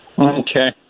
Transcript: Okay